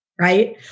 right